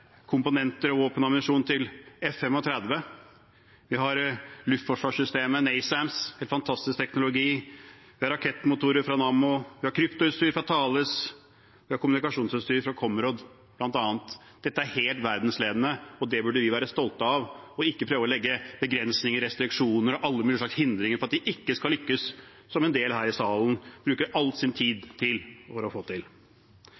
komponenter og våpenammunisjon til F-35. Vi har bl.a. luftforsvarssystemet NASAM, med fantastisk teknologi, vi har rakettmotorer fra Nammo, vi har kryptoutstyr fra Thales, vi har kommunikasjonsutstyr fra Comrod. Dette er helt verdensledende, og det burde vi være stolte av og ikke prøve å legge begrensninger, restriksjoner og alle mulige hindringer i veien for at de ikke skal lykkes – som en del her i salen bruker all sin tid på å få til. Eksport av forsvarsmateriell bidrar også til